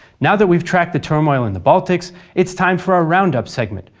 now that we've tracked the turmoil in the baltics, it's time for our roundup segment,